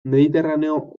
mediterraneo